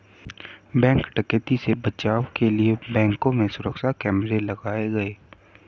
bank डकैती से बचाव के लिए बैंकों में सुरक्षा कैमरे लगाये गये